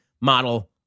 model